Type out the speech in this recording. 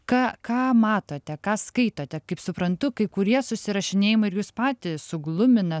ką ką matote ką skaitote kaip suprantu kai kurie susirašinėjimai ir jus patį suglumina